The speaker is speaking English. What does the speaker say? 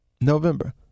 November